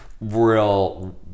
real